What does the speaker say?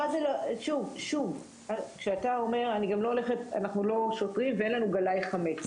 שוב, אנחנו לא שוטרים ואין לנו גלאי חמץ.